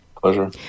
Pleasure